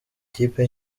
ikipe